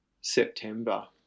september